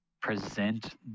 present